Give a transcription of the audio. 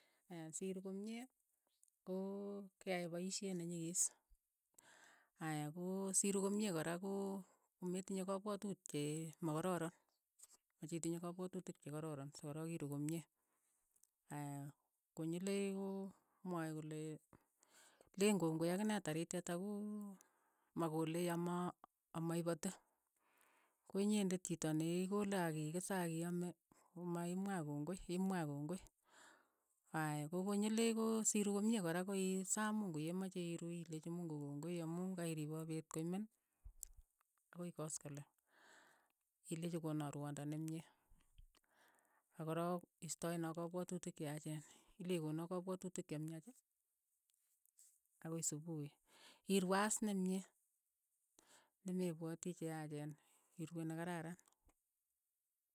Aya si ruu komie, koo ke aai paisheet ne nyikis, aya ko si ruu komie kora koo- ko metinye kapwatuut che makaroron, mache itinye kapwatutik che kororon so ko rook iruu komie, aya, konyiloik ko mwae kolee leen kongoi akine tarityet apu, makolei amaa amaipati, ko inyendet chito ne ikole ak kikese ak kiaame ma imwaa kongoi imwaa kongoi, aya ko konyilei ko si ruu komie kora ko ii saa mungu ye mache iruu ileechi mungu kongoi amu ka iripoo peet koimen akoi koskoleng, ilechi konaa rwondo nemie, ak ko rook istaena kapwatutik che yachen, ilechi kona kapwatutik che miach, akoi supuhi, irue as nemie, ne me pwoti che yaachen, irue ne kararan.